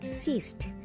ceased